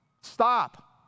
stop